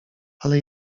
ale